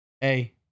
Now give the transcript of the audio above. Hey